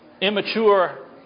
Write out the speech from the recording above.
immature